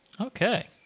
Okay